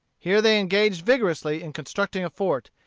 here they engaged vigorously in constructing a fort,